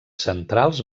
centrals